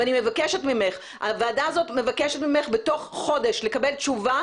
אני מבקשת ממך והוועדה הזאת מבקשת ממך בתוך חודש לקבל תשובה,